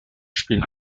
spielen